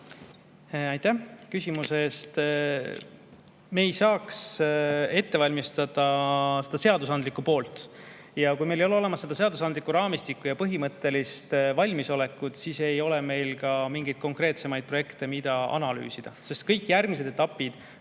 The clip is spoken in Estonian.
Aitäh küsimuse eest! Me ei saaks ette valmistada seda seadusandlikku poolt. Ja kui meil ei ole olemas seadusandlikku raamistikku ja põhimõttelist valmisolekut, siis ei ole meil ka mingeid konkreetsemaid projekte, mida analüüsida, sest kõik järgmised etapid